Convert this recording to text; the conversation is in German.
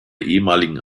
ehemaligen